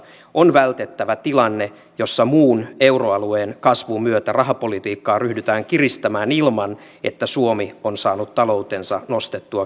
on vältettävä tilanne jossa muun euroalueen kasvun myötä rahapolitiikkaa ryhdytään kiristämään ilman että suomi on saanut taloutensa nostettua kilpailukykyiseen kuntoon